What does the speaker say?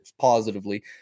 positively